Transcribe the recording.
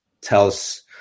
tells